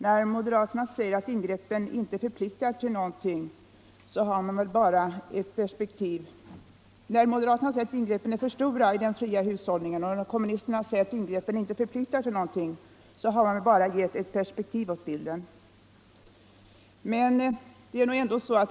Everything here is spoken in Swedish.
När moderaterna säger att ingreppen är för stora i den fria hushållningen och när kommunisterna säger att ingreppen inte förpliktar till någonting har de bara gett ett perspektiv åt bilden.